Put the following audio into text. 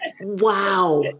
Wow